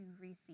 receive